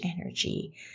energy